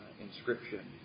inscription